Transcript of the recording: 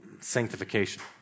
sanctification